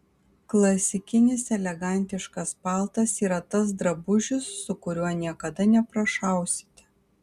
klasikinis elegantiškas paltas yra tas drabužis su kuriuo niekada neprašausite